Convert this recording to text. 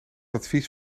advies